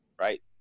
right